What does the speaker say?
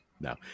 No